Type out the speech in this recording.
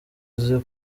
uzi